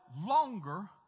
longer